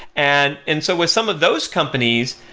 and and so with some of those companies,